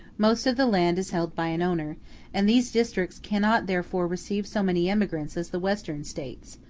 most of the land is held by an owner and these districts cannot therefore receive so many emigrants as the western states,